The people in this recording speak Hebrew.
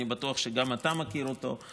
אני בטוח שגם אתה מכיר אותו.